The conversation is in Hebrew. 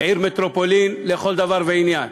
מטרופולין לכל דבר ועניין.